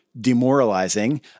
demoralizing